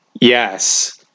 yes